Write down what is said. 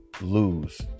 lose